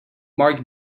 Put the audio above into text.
mark